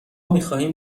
میخواهیم